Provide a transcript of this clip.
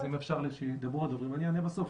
אז אם אפשר שידברו הדוברים ואני אענה בסוף,